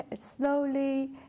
slowly